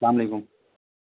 السلام علیکُم